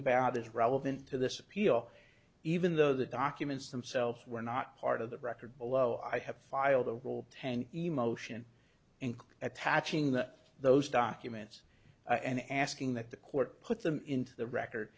about this relevant to this appeal even though the documents themselves were not part of the record below i have filed a rule ten emotion in attaching the those documents and asking that the court put them into the record